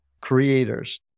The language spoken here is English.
creators